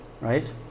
right